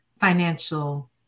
financial